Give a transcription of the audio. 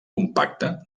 compacta